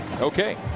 Okay